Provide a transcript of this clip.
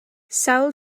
sawl